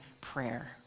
prayer